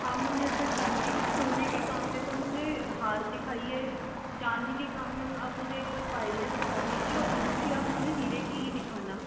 आप मुझे ऐसा कीजिए सोने के काम में तो मुझे हार दिखाइए चाँदी के काम में आप मुझे एक बार पायलें दिखा दीजिये और अंगूठी आप मुझे हीरे की ही दिखाना